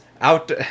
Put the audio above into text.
out